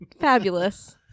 Fabulous